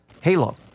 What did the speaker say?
halo